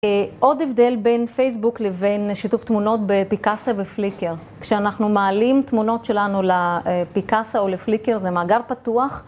עוד הבדל בין פייסבוק לבין שיתוף תמונות בפיקאסה ופליקר כשאנחנו מעלים תמונות שלנו לפיקאסה או לפליקר זה מאגר פתוח